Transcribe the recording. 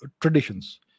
traditions